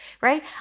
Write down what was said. right